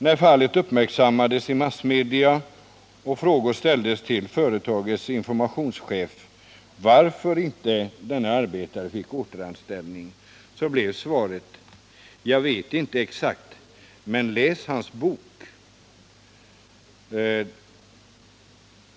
När fallet uppmärksammades i massmedia och frågor ställdes till företagets informationschef om varför inte denna arbetare fick återanställning blev svaret: Jag vet inte exakt. Men läs hans bok!